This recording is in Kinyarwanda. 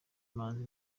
imanzi